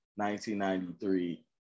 1993